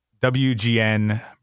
WGN